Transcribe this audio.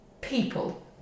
people